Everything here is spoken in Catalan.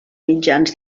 mitjans